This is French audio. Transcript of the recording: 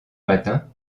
matin